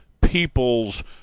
people's